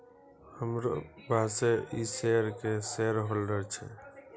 हमरो बॉसे इ शेयर के शेयरहोल्डर छै